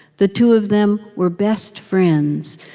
the two of them were best friends,